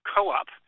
Co-op